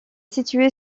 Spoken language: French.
située